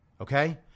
Okay